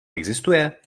existuje